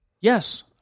Yes